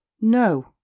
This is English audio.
No